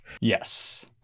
Yes